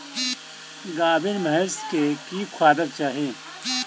गाभीन भैंस केँ की खुएबाक चाहि?